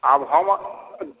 आब हम